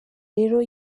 rero